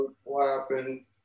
flapping